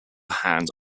hand